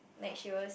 like she was